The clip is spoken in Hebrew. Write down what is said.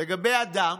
לגבי אדם